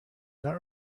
not